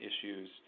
issues